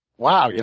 wow, yeah